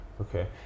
Okay